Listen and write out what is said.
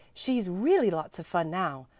she's really lots of fun now.